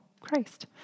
Christ